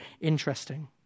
interesting